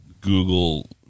Google